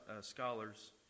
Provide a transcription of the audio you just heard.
scholars